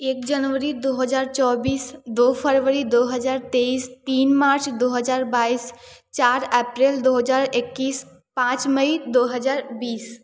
एक जनवरी दो हज़ार चौबीस दो फ़रवरी दो हज़ार तेईस तीन मार्च दो हज़ार बाईस चार अप्रैल दो हज़ार इक्कीस पाँच मई दो हज़ार बीस